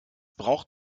braucht